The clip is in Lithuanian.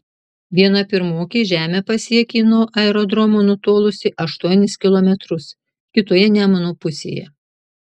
viena pirmokė žemę pasiekė nuo aerodromo nutolusi aštuonis kilometrus kitoje nemuno pusėje